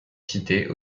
cités